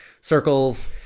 circles